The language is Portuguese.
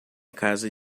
casa